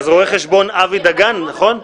אז רואה חשבון אבי דגן, נכון?